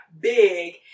big